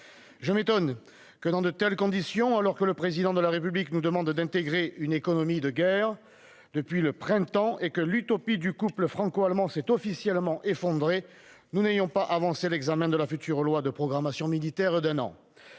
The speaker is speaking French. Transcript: Je m'étonne que, dans de telles conditions, alors que le Président de la République nous demande d'intégrer une « économie de guerre » depuis le printemps et que l'utopie du couple franco-allemand s'est officiellement effondrée, nous n'ayons pas avancé l'examen de la future loi de programmation militaire d'un an.